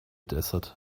desert